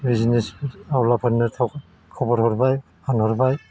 business आवलाफोरनो खाव खबर हरबाय फानहरबाय